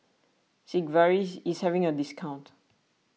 Sigvaris is having a discount